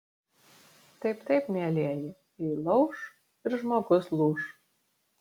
taip taip mielieji jei lauš ir žmogus lūš